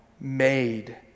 made